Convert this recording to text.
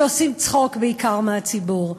שעושים צחוק בעיקר מהציבור.